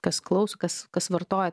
kas klauso kas kas vartoja